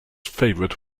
favorite